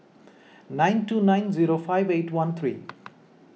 nine two nine zero five eight one three